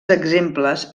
exemples